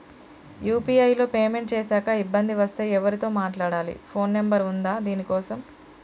UPI లో payment చేశాక ఇబ్బంది వస్తే ఎవరితో మాట్లాడాలి? ఫోన్ నంబర్ ఉందా దీనికోసం?